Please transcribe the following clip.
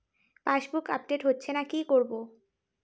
Passbook update হচ্ছেনা কি করবো?